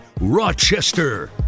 Rochester